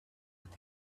with